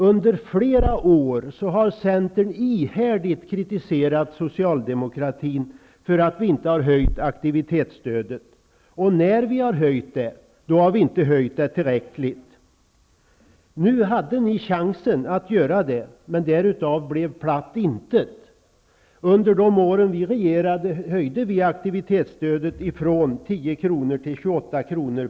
Under flera år har Centern ihärdigt kritiserat Socialdemokraterna för att vi inte har höjt aktivitetsstödet. När vi har höjt det har vi inte höjt det tillräckligt. Nu hade ni chansen att göra det. Men därav blev platt intet. Under de år vi regerade höjde vi aktivitetsstödet från 10 kr. till 28 kr.